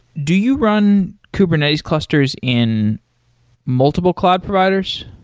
do you run kubernetes clusters in multiple cloud providers?